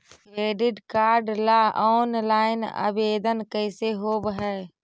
Credit card ल online आवेदन कैसे होब है?